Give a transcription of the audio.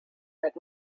but